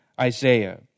Isaiah